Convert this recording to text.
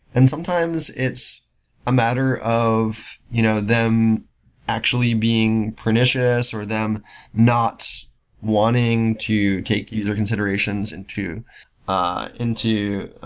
and sometimes it's a matter of you know them actually being pernicious, or them not wanting to take user considerations into ah into